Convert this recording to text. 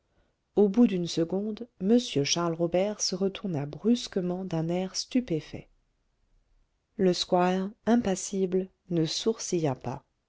au bout d'une seconde m charles robert se retourna brusquement d'un air stupéfait le squire impassible ne sourcilla pas